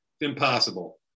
impossible